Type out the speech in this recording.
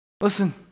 Listen